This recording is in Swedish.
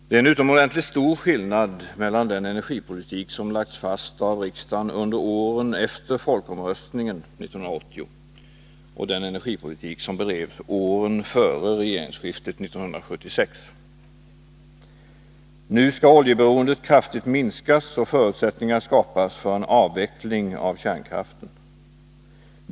Det är en utomordentligt stor skillnad mellan den energipolitik som lagts fast av riksdagen under åren efter folkomröstningen 1980 och den energipolitik som bedrevs åren före regeringsskiftet 1976. Nu skall oljeberoendet kraftigt minskas och förutsättningar skapas för en avveckling av kärnkraften.